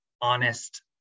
honest